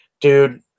dude